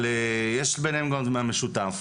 יש בינינו גם מהמשותף.